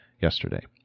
yesterday